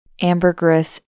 Ambergris